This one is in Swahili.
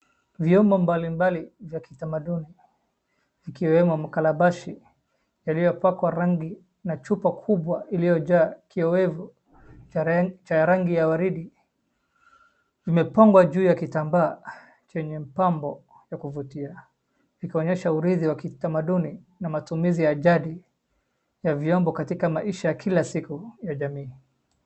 Vyombo mbalimbali vya kitamaduni vikiwemo ma calabash iliyopakwa rangi na chupa kubwa iliyojaa kiwevu cha rangi ya waridi imepangwa juu ya kitambaa chenye mapambo ya kuvutia, kikionyesha urithi wa kitamaduni na matumizi ya jadi ya vyombo katika maisha ya kila siku ya jamii.